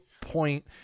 point